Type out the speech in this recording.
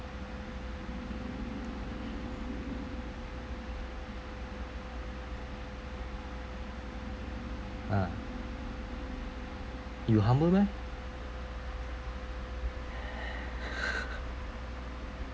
ah you humble meh